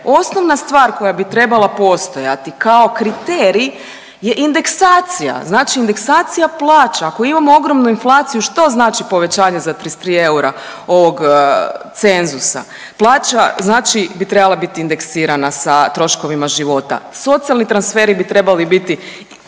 Osnovna stvar koja bi trebala postojati kao kriterij je indeksacija, znači indeksacija plaća. Ako imamo ogromnu inflaciju što znači povećanje za 33 eura ovog cenzusa, plaća znači bi trebala bit indeksirana sa troškovima života, socijalni transferi bi trebali biti